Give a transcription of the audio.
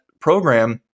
program